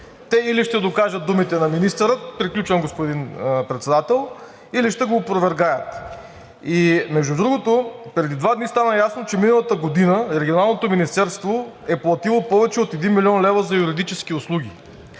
сигнал, че времето е изтекло), приключвам, господин Председател, или ще го опровергаят. Между другото, преди два дни стана ясно, че миналата година Регионалното министерство е платило повече от един милион лева за юридически услуги.